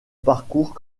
parcours